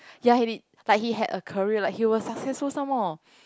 ya he did like he had a career like he was successful some more